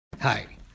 Hi